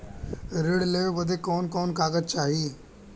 ऋण लेवे बदे कवन कवन कागज चाही?